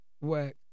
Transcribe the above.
work